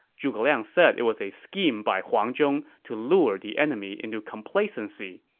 zhuge liang said it was a scheme by huang zhong to lure the enemy into complacency,